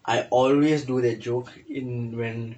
I always do the joke in when